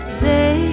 say